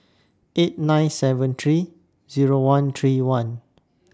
eight nine seven three Zero one three one